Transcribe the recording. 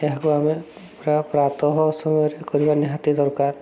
ଏହାକୁ ଆମେ ପୁରା ପ୍ରାତଃ ସମୟରେ କରିବା ନିହାତି ଦରକାର